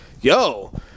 yo